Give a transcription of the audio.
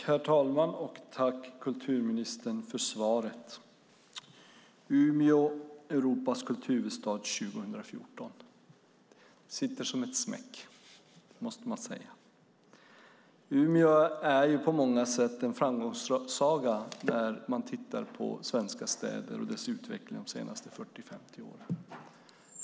Herr talman! Tack för svaret, kulturministern! Umeå, Europas kulturhuvudstad 2014 - det sitter som en smäck, måste man säga. Umeå är på många sätt en framgångssaga när man tittar på svenska städer och deras utveckling de senaste 40-50 åren.